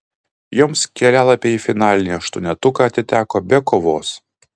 joms kelialapiai į finalinį aštuonetuką atiteko be kovos